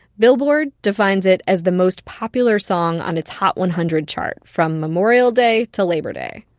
billboard defines it as the most-popular song on its hot one hundred chart from memorial day to labor day.